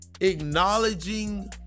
acknowledging